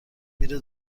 میره